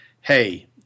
hey